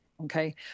Okay